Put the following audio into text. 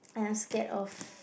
I am scared of